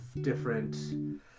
different